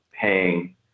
paying